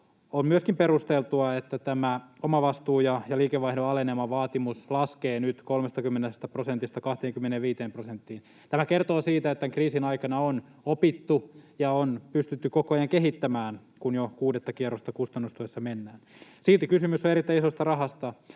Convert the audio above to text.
On myöskin perusteltua, että tämä omavastuu ja liikevaihdon alenemavaatimus laskee nyt 30 prosentista 25 prosenttiin. Tämä kertoo siitä, että tämän kriisin aikana on opittu ja on pystytty koko ajan kehittämään, kun jo kuudetta kierrosta kustannustuessa mennään. Silti kysymys on erittäin isosta rahasta: